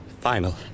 final